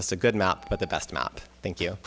just a good map but the best map thank you